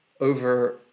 over